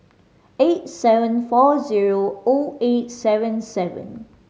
eight seven four zero O eight seven seven